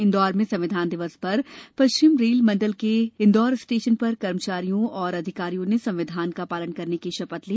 इंदौर में संविधान दिवस पर पश्चिम रेल मंडल के इंदौर स्टेशन पर कर्मचारियों और अधिकारियों ने संविधान का पालन करने की शपथ ली